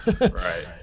Right